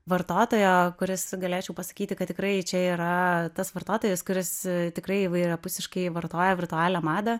vartotojo kuris galėčiau pasakyti kad tikrai čia yra tas vartotojas kuris tikrai įvairiapusiškai vartoja virtualią madą